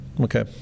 Okay